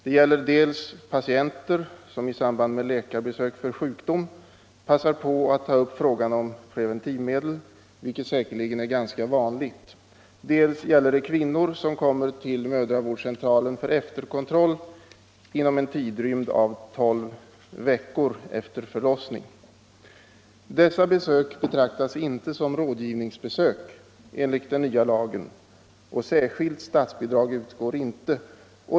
Det gäller dels patienter som i samband med läkarbesök för sjukdom passar på att ta upp frågan om preventivmedel vilket säkerligen är ganska vanligt, dels kvinnor som kommer till mödravårdscentralen för efterkontrollinomen tidrymdav tolv veckor efter förlossningen. Dessa besök betraktas inte som rådgivningsbesök enligt den nya lagen och särskilt statsbidrag utgår inte.